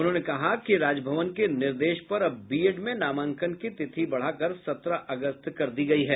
उन्होंने कहा कि राजभवन के निर्देश पर अब बीएड में नामांकन की तिथि बढ़ाकर सत्रह अगस्त कर दी गयी है